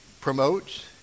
promotes